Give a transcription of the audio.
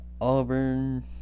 Auburn